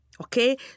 okay